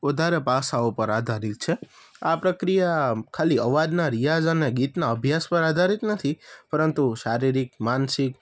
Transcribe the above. વધારે ભાષાઓ પર આધારિત છે આ પ્રક્રિયા ખાલી અવાજના રિયાઝ અને ગીતના અભ્યાસ પર આધારિત નથી પરંતુ શારીરિક માનસિક